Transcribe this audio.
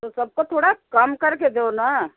सबको थोड़ा कम कर के दो ना